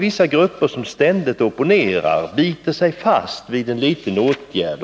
Vissa grupper opponerar sig emellertid ständigt mot varje åtgärd.